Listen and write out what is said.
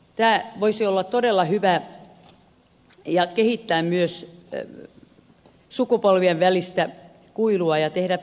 tämä voisi olla todella hyvä ja myös kaventaa sukupolvien välistä kuilua ja tehdä yhteistä hyvää